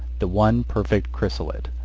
the one perfect chrysolite.